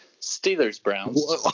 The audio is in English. Steelers-Browns